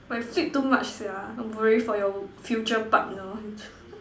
!wah! you flip too much sia I'm worried for your future partner